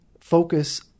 focus